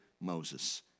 Moses